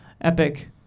Epic